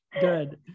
Good